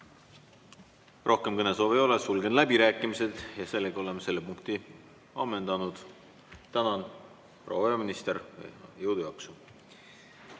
Rohkem kõnesoove ei ole, sulgen läbirääkimised ja oleme selle punkti ammendanud. Tänan, proua peaminister! Jõudu-jaksu!